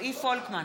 רועי פולקמן,